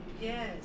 yes